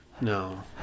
No